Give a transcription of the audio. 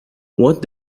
what